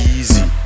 Easy